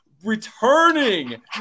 Returning